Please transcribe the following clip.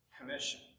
commission